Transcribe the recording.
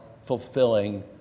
fulfilling